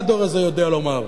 מה הדור הזה יודע לומר?